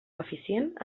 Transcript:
eficient